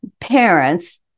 parents